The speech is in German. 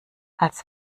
als